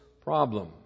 problem